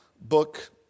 book